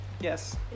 Yes